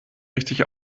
richtig